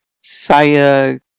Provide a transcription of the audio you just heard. Saya